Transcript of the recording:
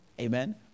Amen